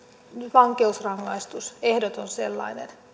vankeusrangaistus ehdoton sellainen